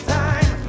time